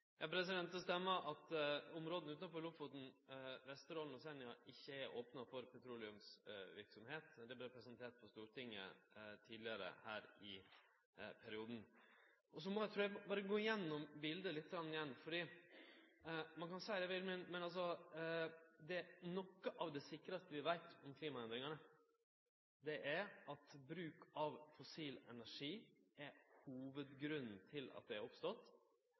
Det stemmer at områda utanfor Lofoten, Vesterålen og Senja ikkje er opna for petroleumsvirksomhet. Det vart presentert for Stortinget tidlegare her i perioden. Så eg trur eg berre må gå igjennom biletet lite grann igjen. Ein kan seie kva ein vil, men noko av det sikraste vi veit om klimaendringane, er at bruk av fossil energi er hovudgrunnen til at dei har oppstått,